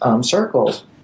circles